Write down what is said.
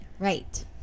right